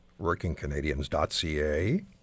workingcanadians.ca